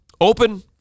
open